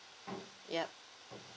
yup